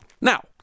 now